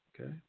Okay